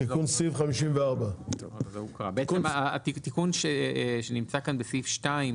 תיקון סעיף 54. התיקון שנמצא כאן בסעיף 2,